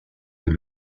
des